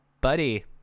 buddy